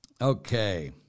Okay